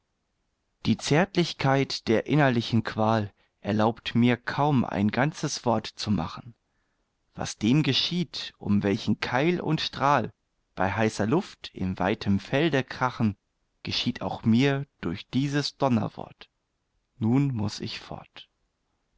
die zärtlichkeit der innerlichen qual erlaubt mir kaum ein ganzes wort zu machen was dem geschieht um welchen keil und strahl bei heißer luft in weitem felde krachen geschieht auch mir durch dieses donnerwort nun muß ich fort